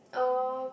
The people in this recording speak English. um